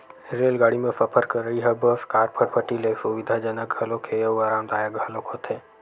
रेलगाड़ी म सफर करइ ह बस, कार, फटफटी ले सुबिधाजनक घलोक हे अउ अरामदायक घलोक होथे